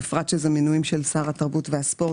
בפרט שזה מינויים של שר התרבות והספורט,